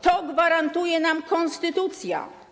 To gwarantuje nam konstytucja.